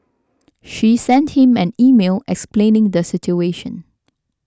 she sent him an email explaining the situation